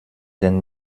den